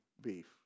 beef